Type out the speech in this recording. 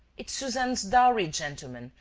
it's suzanne's dowry, gentlemen,